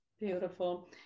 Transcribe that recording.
Beautiful